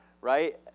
right